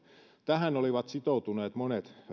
tähän olivat sitoutuneet monet